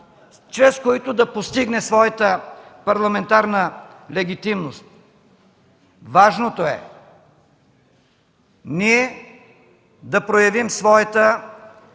чрез които да постигне своята парламентарна легитимност. Важното е ние да проявим своята